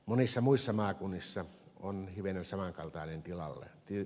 monissa muissa maakunnissa on hivenen samankaltainen tilanne